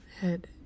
head